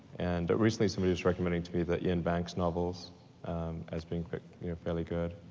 and recently somebody was recommending to me the iain banks novels as being fairly good.